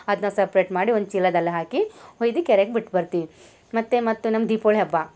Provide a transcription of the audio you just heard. ಅದನ್ನ ಸಪ್ರೇಟ್ ಮಾಡಿ ಒಂದು ಚೀಲದಲ್ಲಿ ಹಾಕಿ ಒಯ್ದು ಕೆರೆಗೆ ಬಿಟ್ಟು ಬರ್ತೀವಿ ಮತ್ತು ಮತ್ತು ನಮ್ಗೆ ದೀಪೊಳಿ ಹಬ್ಬ